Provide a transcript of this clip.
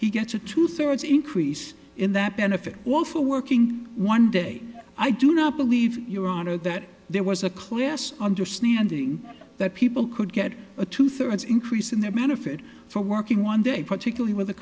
he gets a two thirds increase in that benefit while for working one day i do not believe your honor that there was a class understanding that people could get a two thirds increase in their benefit from working one day particularly with